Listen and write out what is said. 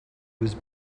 was